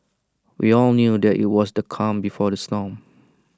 we all knew that IT was the calm before the storm